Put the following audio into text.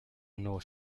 nuevo